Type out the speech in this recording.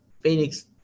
Phoenix